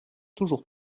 toujours